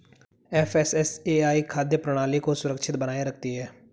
FSSAI खाद्य प्रणाली को सुरक्षित बनाए रखती है